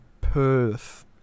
Perth